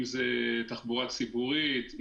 אם זה תחבורה ציבורית,